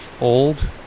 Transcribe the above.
old